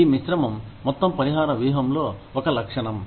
ఈ మిశ్రమం మొత్తం పరిహార వ్యూహంలో ఒక లక్షణం